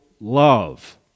Love